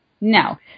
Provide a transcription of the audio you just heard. no